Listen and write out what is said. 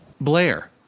Blair